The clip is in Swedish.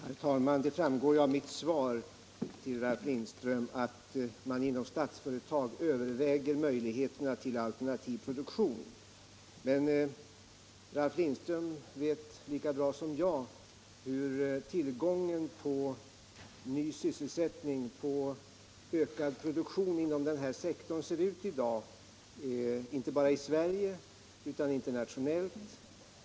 Herr talman! Det framgår av mitt svar till Ralf Lindström att man inom Statsföretag överväger möjligheterna till alternativ produktion. Men Ralf Lindström vet lika bra som jag hur tillgången på ny sysselsättning och på ökad produktion inom den här sektorn är i dag inte bara i Sverige utan även internationellt.